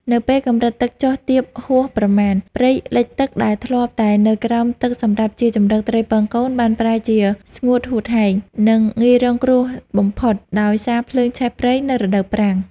នៅពេលកម្រិតទឹកចុះទាបហួសប្រមាណ ព្រៃលិចទឹកដែលធ្លាប់តែនៅក្រោមទឹកសម្រាប់ជាជម្រកត្រីពងកូន បានប្រែជាស្ងួតហួតហែង និងងាយរងគ្រោះបំផុតដោយសារភ្លើងឆេះព្រៃនៅរដូវប្រាំង។